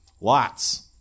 Lots